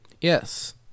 yes